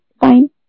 fine